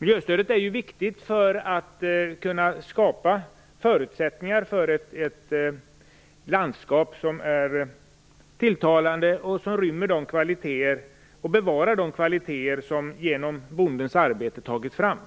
Miljöstödet är viktigt för att kunna skapa förutsättningar för ett landskap som är tilltalande och som bevarar de kvaliteter som genom bondens arbete tagits fram.